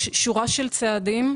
יש שורה של צעדים,